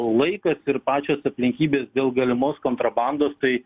laikas ir pačios aplinkybės dėl galimos kontrabandos tai